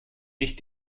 nicht